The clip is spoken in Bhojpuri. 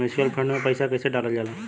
म्यूचुअल फंड मे पईसा कइसे डालल जाला?